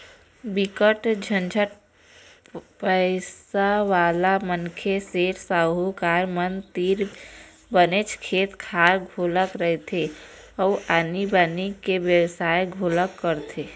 बिकट झन पइसावाला मनखे, सेठ, साहूकार मन तीर बनेच खेत खार घलोक रहिथे अउ आनी बाकी के बेवसाय घलोक करथे